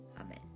Amen